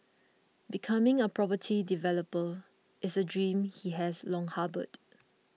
becoming a property developer is a dream he has long harboured